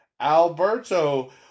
Alberto